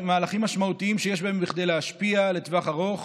מהלכים משמעותיים שיש בהם כדי להשפיע לטווח ארוך